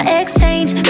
exchange